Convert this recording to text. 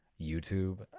youtube